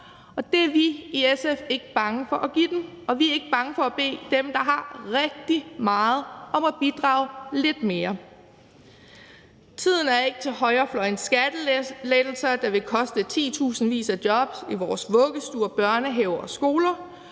det er vi i SF ikke bange for at give dem. Vi er ikke bange for at bede dem, der har rigtig meget, om at bidrage lidt mere. Tiden er ikke til højrefløjens skattelettelser, der vil koste titusindvis af jobs i vores vuggestuer, børnehaver og skoler.